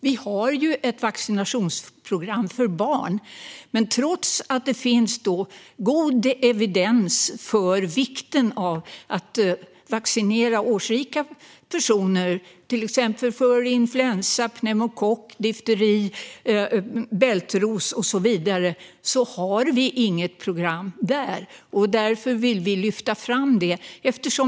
Vi har ju ett vaccinationsprogram för barn, men trots att det finns god evidens för vikten av att vaccinera årsrika personer mot till exempel influensa, pneumokocker, difteri, bältros och så vidare har vi inget program där. Därför vill vi lyfta fram detta.